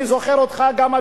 אני זוכר אותך גם,